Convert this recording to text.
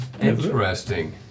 Interesting